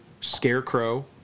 Scarecrow